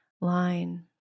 line